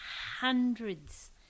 hundreds